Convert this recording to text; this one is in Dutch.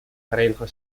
verenigde